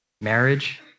Marriage